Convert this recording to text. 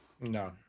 No